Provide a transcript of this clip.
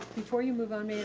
before you move on,